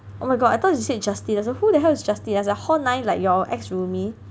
oh my god I thought you said Justin so who the hell is Justin as in hall nine like your ex-roomie